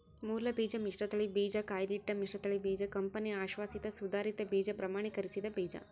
ಮೂಲಬೀಜ ಮಿಶ್ರತಳಿ ಬೀಜ ಕಾಯ್ದಿಟ್ಟ ಮಿಶ್ರತಳಿ ಬೀಜ ಕಂಪನಿ ಅಶ್ವಾಸಿತ ಸುಧಾರಿತ ಬೀಜ ಪ್ರಮಾಣೀಕರಿಸಿದ ಬೀಜ